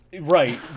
Right